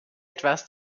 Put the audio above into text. etwas